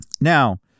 Now